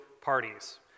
parties